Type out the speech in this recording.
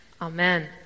Amen